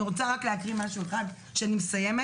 אני רוצה רק להקריא משהו אחד, לפני שאני מסיימת.